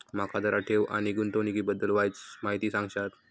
माका जरा ठेव आणि गुंतवणूकी बद्दल वायचं माहिती सांगशात?